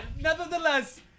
nevertheless